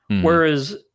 Whereas